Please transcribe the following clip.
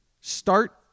Start